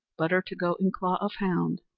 butter to go in claw of hound,